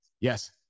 yes